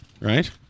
right